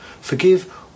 Forgive